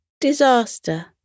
disaster